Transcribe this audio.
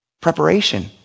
Preparation